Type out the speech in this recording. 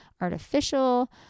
artificial